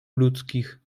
ludzkich